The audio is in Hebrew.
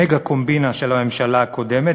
המגה-קומבינה של הממשלה הקודמת,